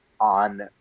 on